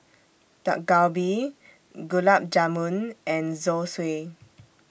Dak Galbi Gulab Jamun and Zosui